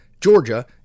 Georgia